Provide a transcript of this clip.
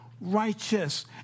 righteous